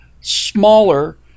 smaller